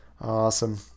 Awesome